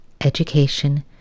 education